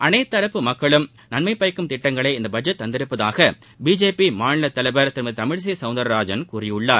அனைத்து தரப்பு மக்களுக்கும் நன்மை பயக்கும் திட்டங்களை இந்த பட்ஜெட் தந்துள்ளதாக பிஜேபி மாநில தலைவர் திருமதி தமிழிசை சௌந்தர்ராஜள் கூறியுள்ளார்